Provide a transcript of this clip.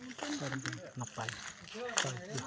ᱥᱟᱹᱨᱤᱜᱮ ᱱᱟᱯᱟᱭ